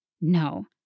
No